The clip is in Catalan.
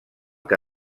que